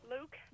luke